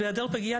בהיעדר פגייה,